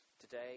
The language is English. today